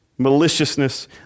maliciousness